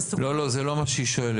לא, לא, זה לא מה שהיא שואלת.